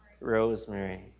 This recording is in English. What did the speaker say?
Rosemary